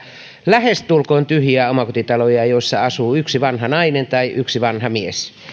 lähestulkoon tyhjiä omakotitaloja joissa asuu yksi vanha nainen tai yksi vanha mies